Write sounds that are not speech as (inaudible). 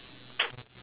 (noise)